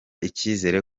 icyizere